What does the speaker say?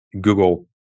Google